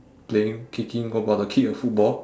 playing kicking about to kick a football